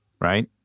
right